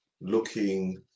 looking